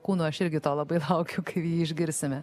kūnu aš irgi to labai laukiu kai jį išgirsime